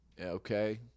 okay